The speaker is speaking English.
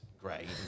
Great